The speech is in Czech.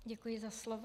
Děkuji za slovo.